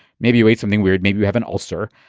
maybe you eat something weird. maybe you have an ulcer.